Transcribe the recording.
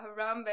Harambe